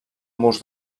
murs